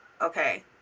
Okay